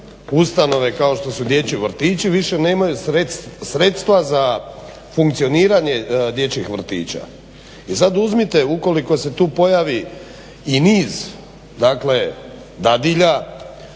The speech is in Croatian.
ustanove kao što su dječji vrtići više nemaju sredstva za funkcioniranje dječjih vrtića. I sad uzmite ukoliko se tu pojavi i niz, dakle dadilja,